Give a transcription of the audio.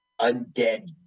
undead